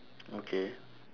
okay